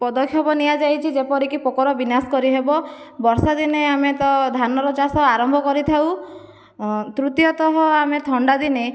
ପଦକ୍ଷେପ ନିଆଯାଇଛି ଯେପରି ପୋକର ବିନାଶ କରିହେବ ବର୍ଷାଦିନେ ଆମେ ତ ଧାନର ଚାଷ ଆରମ୍ଭ କରିଥାଉ ତୃତୀୟତଃ ଆମେ ଥଣ୍ଡାଦିନେ